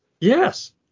Yes